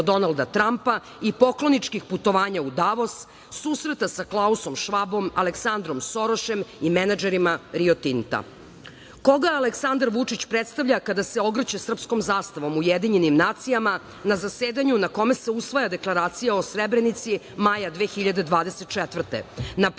Donalda Trampa i pokloničkih putovanja u Davos, susreta sa Klausom Švabom, Aleksandrom Šorošem i menadžerima "Rio Tinta".Koga Aleksandar Vučić predstavlja kada se ogrće srpskom zastavom u Ujedinjenim nacijama na zasedanju na kome se usvaja Deklaracija o Srebrenici, maja 2024. godine,